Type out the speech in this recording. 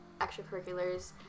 extracurriculars